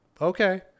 okay